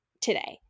today